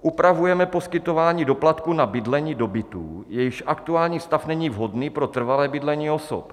Upravujeme poskytování doplatku na bydlení do bytů, jejichž aktuální stav není vhodný pro trvalé bydlení osob.